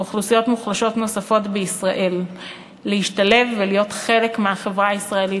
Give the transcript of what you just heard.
אוכלוסיות מוחלשות נוספות בישראל להשתלב ולהיות חלק מהחברה הישראלית.